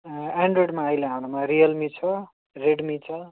एन्ड्रोइडमा अहिले हाम्रोमा रियलमी छ रेडमी छ